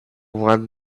won